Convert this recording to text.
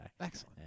Excellent